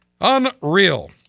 Unreal